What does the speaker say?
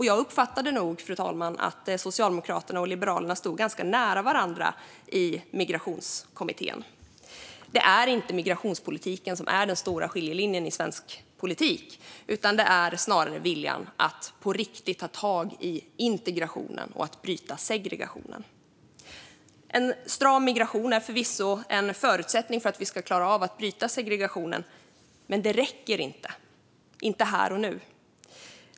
Jag uppfattade, fru talman, att Socialdemokraterna och Liberalerna stod varandra ganska nära i Migrationskommittén. Det är inte migrationspolitiken som utgör den stora skiljelinjen i svensk politik, utan det är snarare viljan att på riktigt ta tag i integrationen och bryta segregationen. En stram migration är förvisso en förutsättning för att vi ska klara att bryta segregationen, men det räcker inte här och nu.